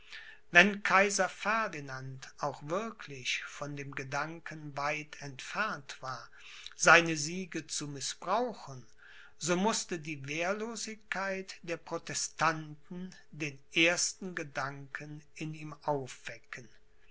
wenn kaiser ferdinand auch wirklich von dem gedanken weit entfernt war seine siege zu mißbrauchen so mußte die wehrlosigkeit der protestanten den ersten gedanken in ihm aufwecken